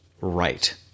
right